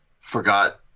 forgot